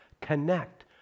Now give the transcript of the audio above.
Connect